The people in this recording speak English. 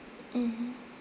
mmhmm